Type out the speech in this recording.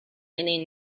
any